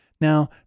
Now